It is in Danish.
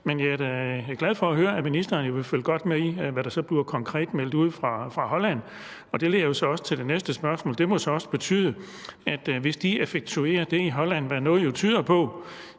Men jeg er da glad for at høre, at ministeren vil følge godt med i, hvad der så konkret bliver meldt ud fra Holland, og det leder mig jo så også hen til det næste spørgsmål, altså at det også må betyde, at ministeren og regeringen, hvis de effektuerer det i Holland, hvad noget jo tyder på,